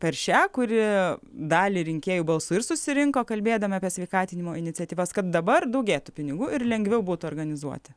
per šią kuri dalį rinkėjų balsų ir susirinko kalbėdami apie sveikatinimo iniciatyvas kad dabar daugėtų pinigų ir lengviau būtų organizuoti